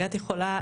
הגעתי חולה,